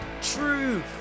truth